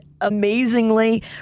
amazingly